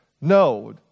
No